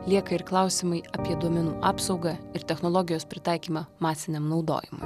lieka ir klausimai apie duomenų apsaugą ir technologijos pritaikymą masiniam naudojimui